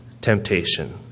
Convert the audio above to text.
temptation